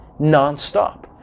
nonstop